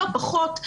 לא פחות,